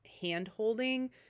hand-holding